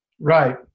Right